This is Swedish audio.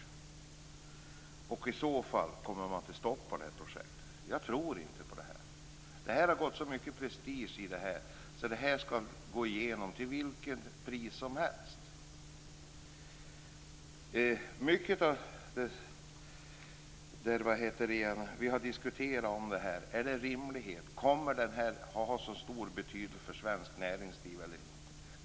Blir det i så fall ett stopp på projektet? Jag tror inte på det. Det har gått så mycket prestige i det hela, att det skall gå igenom till vilket pris som helst. Vi har diskuterat detta mycket. Är det rimligt? Kommer det att ha så stor betydelse för svenskt näringsliv eller inte?